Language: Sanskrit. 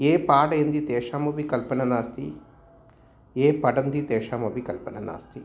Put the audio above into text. ये पाठयन्ति तेषामपि कल्पना नास्ति ये पठन्ति तेषामपि कल्पना नास्ति